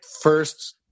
first